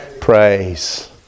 praise